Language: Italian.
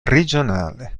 regionale